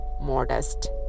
modest